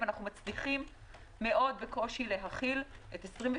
ואנחנו מצליחים מאוד בקושי להכיל את 27